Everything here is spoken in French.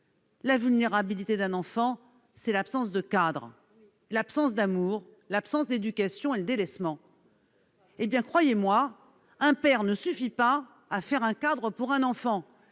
La vulnérabilité d'un enfant, c'est l'absence de cadre, l'absence d'amour, l'absence d'éducation et le délaissement ! Croyez-moi un père ne suffit pas à faire un cadre pour un enfant.